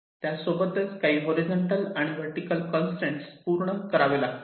त्यासोबतच काही हॉरीझॉन्टल आणि वर्टीकल कंसट्रेन पूर्ण करावे लागतात